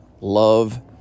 love